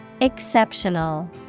Exceptional